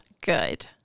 good